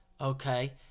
Okay